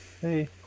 hey